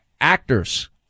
actors